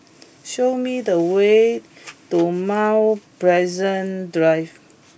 show me the way to Mount Pleasant Drive